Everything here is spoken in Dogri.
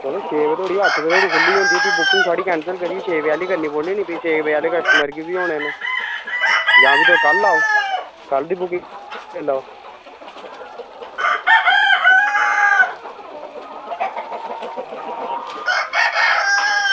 चलो छे बजे धोड़ी अट्ठ बजे धोड़ी ते भी तुंदी बुकिंग कैंसल करियै छे बजे आह्ली बनानी पौनी छे बजे आह्ले कस्टमर बी होने न जदां भी तुस कल्ल आवेओ कल्ल दी बुकिंग लेई लैओ